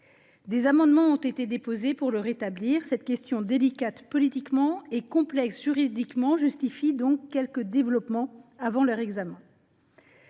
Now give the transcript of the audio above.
des amendements ont été déposés pour le rétablir. Cette question, délicate politiquement et complexe juridiquement, justifie donc quelques développements avant leur examen.